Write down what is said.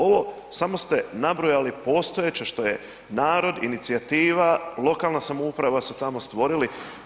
Ovo samo ste nabrojali već postojeće što je narod, inicijativa, lokalna samouprava su tamo stvorili.